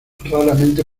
raramente